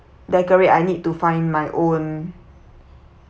decorate I need to find my own